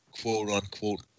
quote-unquote